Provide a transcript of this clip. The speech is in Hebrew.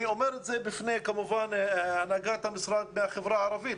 אני אומר את זה בפני הנהגת המשרד והחברה הערבית,